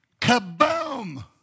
kaboom